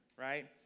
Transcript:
right